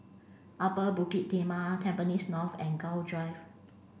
Upper Bukit Timah Tampines North and Gul Drive